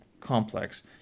complex